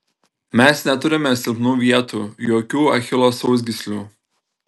mes neturime silpnų vietų jokių achilo sausgyslių